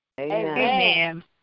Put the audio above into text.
Amen